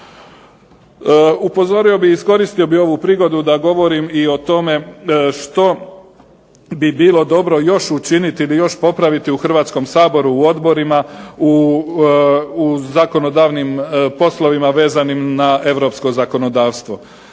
Upozorio bih i iskoristio bih ovu prigodu da govorim i o tome što bi bilo dobro još učiniti ili još popraviti u Hrvatskom saboru u odborima u zakonodavnim poslovima vezanim na europsko zakonodavstvo.